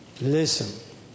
Listen